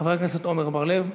חבר הכנסת עמר בר-לב,